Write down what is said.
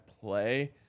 play –